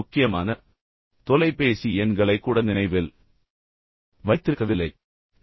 முக்கியமான தொலைபேசி எண்களைக் கூட நினைவில் வைத்திருப்பதை நிறுத்திவிட்டீர்களா